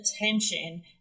attention